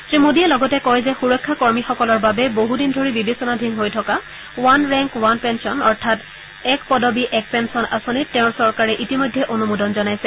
শ্ৰীমোদীয়ে লগতে কয় যে সুৰক্ষা কৰ্মীসকলৰ বাবে বহুদিন ধৰি বিবেচনাধীন হৈ থকা ৱান ৰেংক ৱান পেঞ্চন অৰ্থাৎ এক পদবী এক পেঞ্চন আঁচনিত তেওঁৰ চৰকাৰে ইতিমধ্যে অনুমোদন জনাইছে